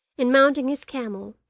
and, mounting his camel,